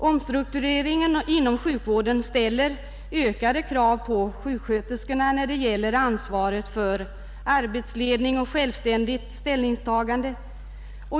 Omstruktureringen inom sjukvården ställer ökade krav på sjuksköterskorna när det gäller ansvaret för arbetsledning och självständigt ställningstagande.